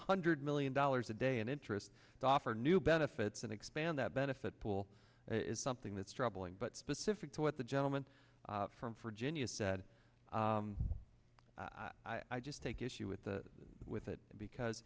hundred million dollars a day and interest to offer new benefits and expand that benefit pool is something that's troubling but specific to what the gentleman from virginia said i just take issue with the with it because